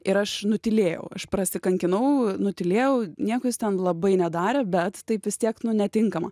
ir aš nutylėjau aš prasikankinau nutylėjau niekas ten labai nedarė bet taip vis tiek nu netinkama